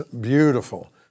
beautiful